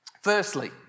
Firstly